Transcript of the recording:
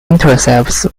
intercepts